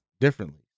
differently